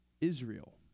Israel